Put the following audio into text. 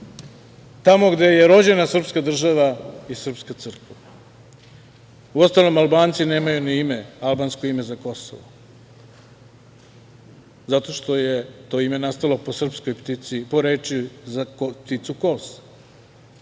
tamo gde je rođena srpska država i srpska crkva. Uostalom, Albanci nemaju ni albansko ime za Kosovo, jer to je ime nastalo po srpskoj reči za pticu kos.